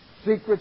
Secret